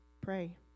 pray